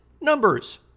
numbers